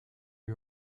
you